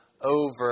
over